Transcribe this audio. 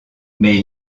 mais